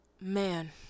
Man